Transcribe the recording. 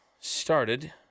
started